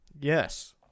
Yes